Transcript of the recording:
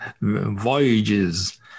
voyages